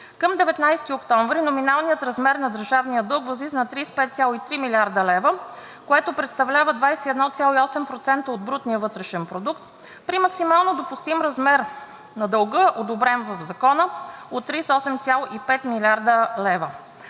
към 19 октомври номиналният размер на държавния дълг възлиза на 35,3 млрд. лв., което представлява 21,8% от брутния вътрешен продукт, при максимално допустим размер на дълга, одобрен в Закона, от 38,5 млрд. лв.